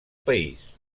país